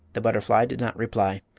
the butterfly did not reply.